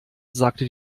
sagte